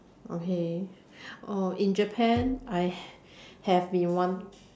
okay oh in Japan I have been wan~